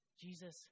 Jesus